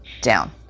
down